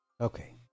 Okay